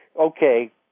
Okay